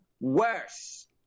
worse